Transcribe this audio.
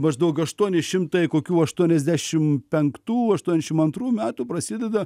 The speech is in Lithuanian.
maždaug aštuoni šimtai kokių aštuoniasdešim penktų aštuonšim antrų metų prasideda